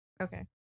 okay